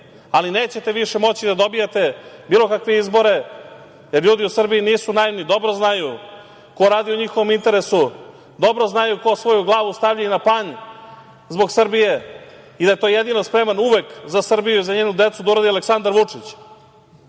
ali nećete više moći da dobijete bilo kakve izbore, jer ljudi u Srbiji nisu naivni, dobro znaju ko radi u njihovom interesu, dobro znaju ko svoju glavu stavlja na panj zbog Srbije i da je to jedino spreman uvek za Srbiju, za njenu decu da uradi Aleksandar Vučić,